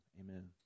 Amen